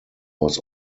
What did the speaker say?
was